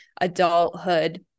adulthood